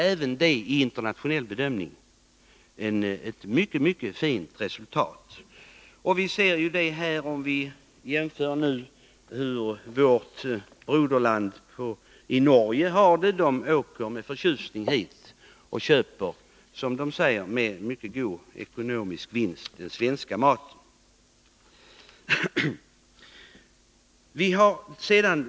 Även vid en internationell bedömning är det ett mycket fint resultat. Att så är fallet kan vi också konstatera om vi jämför med hur man har det i vårt broderland Norge. Norrmännen åker med förtjusning hit och köper, som de själva säger, den svenska maten med mycket god ekonomisk vinst.